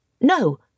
No